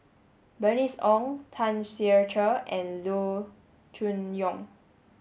Bernice Ong Tan Ser Cher and Loo Choon Yong